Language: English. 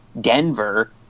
Denver